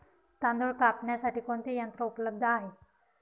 तांदूळ कापण्यासाठी कोणते यंत्र उपलब्ध आहे?